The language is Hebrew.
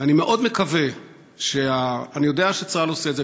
אני מאוד מקווה, אני יודע שצה"ל עושה את זה.